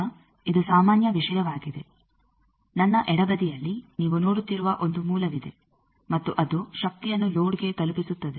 ಈಗ ಇದು ಸಾಮಾನ್ಯ ವಿಷಯವಾಗಿದೆ ನನ್ನ ಎಡಬದಿಯಲ್ಲಿ ನೀವು ನೋಡುತ್ತಿರುವ ಒಂದು ಮೂಲವಿದೆ ಮತ್ತು ಅದು ಶಕ್ತಿಯನ್ನು ಲೋಡ್ಗೆ ತಲುಪಿಸುತ್ತದೆ